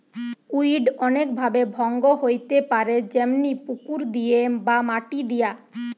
weed অনেক ভাবে ভঙ্গ হইতে পারে যেমনি পুকুর দিয়ে বা মাটি দিয়া